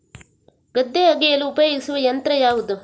ಗದ್ದೆ ಅಗೆಯಲು ಉಪಯೋಗಿಸುವ ಯಂತ್ರ ಯಾವುದು?